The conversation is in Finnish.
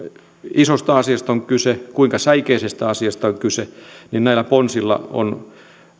isosta asiasta on kyse kuinka säikeisestä asiasta on kyse näillä ponsilla on